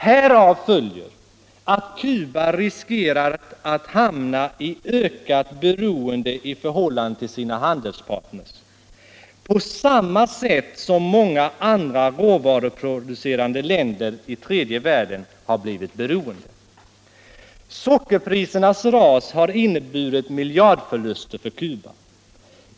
Härav följer att Cuba riskerar att hamna i ökat beroende i förhållande till sina handelspartner — på samma sätt som många andra råvaruproducerande länder i tredje världen har blivit beroende. Sockerprisernas ras har inneburit miljardförluster för Cuba.